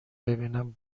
ببینم